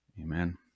Amen